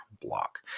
block